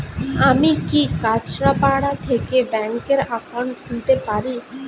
আমি কি কাছরাপাড়া থেকে ব্যাংকের একাউন্ট খুলতে পারি?